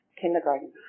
kindergarten